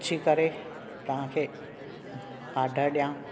पुछी करे तव्हांखे ऑर्डरु ॾियां